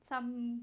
some